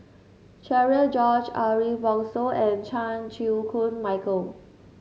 Cherian George Ariff Bongso and Chan Chew Koon Michael